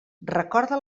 recorda